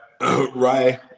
Right